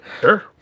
Sure